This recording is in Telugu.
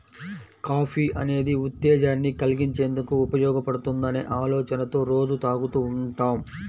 కాఫీ అనేది ఉత్తేజాన్ని కల్గించేందుకు ఉపయోగపడుతుందనే ఆలోచనతో రోజూ తాగుతూ ఉంటాం